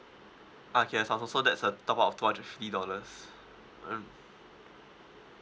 okay uh Samsung so that's a top up of two hundred and fifty dollars mm